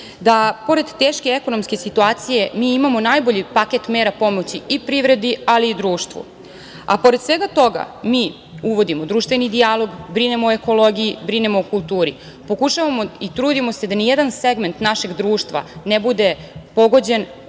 da pored teške ekonomske situacije mi imamo najbolji paket mera pomoći i privredi, ali i društvo. Mi uvodimo društveni dijalog, brinemo o ekologiji, brinemo o kulturi. Pokušavamo i trudimo se da nijedan segment našeg društva ne bude pogođen